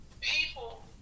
People